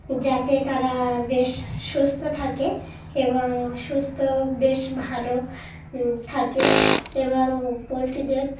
যাতে তারা বেশ সুস্থ থাকে এবং সুস্থ বেশ ভালো থাকে এবং পোলট্রিদের